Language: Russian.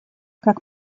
как